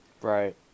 Right